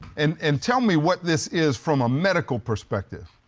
and and tell me what this is from a medical perspective.